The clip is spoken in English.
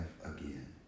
again